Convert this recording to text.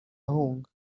ahunga